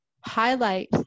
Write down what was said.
highlight